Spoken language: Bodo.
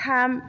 थाम